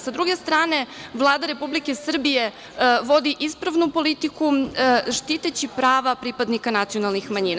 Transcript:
Sa druge strane, Vlada Republike Srbije vodi ispravnu politiku, štiteći prava pripadnika nacionalnih manjina.